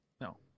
No